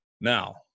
Now